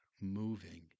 moving